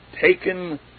taken